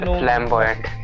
flamboyant